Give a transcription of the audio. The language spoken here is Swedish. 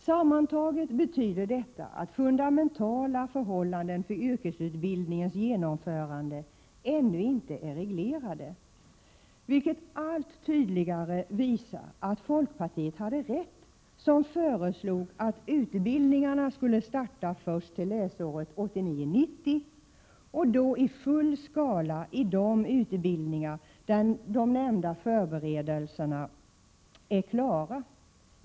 Sammantaget betyder detta att fundamentala förhållanden för yrkesutbildningarnas genomförande ännu inte är reglerade, vilket allt tydligare visar att folkpartiet hade rätt som föreslog att utbildningarna skulle starta först till läsåret 1989/90 och då i full skala i de utbildningar där de nämnda förberedelserna är klara.